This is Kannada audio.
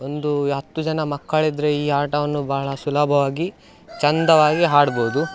ಒಂದು ಹತ್ತು ಜನ ಮಕ್ಕಳಿದ್ದರೆ ಈ ಆಟವನ್ನು ಬಹಳ ಸುಲಭವಾಗಿ ಚಂದವಾಗಿ ಹಾಡ್ಬೋದು